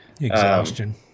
Exhaustion